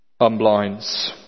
unblinds